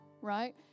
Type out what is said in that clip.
right